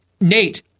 Nate